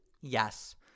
Yes